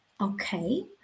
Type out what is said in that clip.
Okay